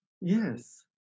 Yes